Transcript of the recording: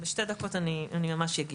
בשתי דקות אני אגיד,